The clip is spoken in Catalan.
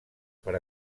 per